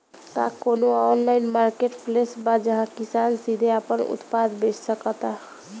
का कोनो online marketplace बा जहां किसान सीधे अपन उत्पाद बेच सकता?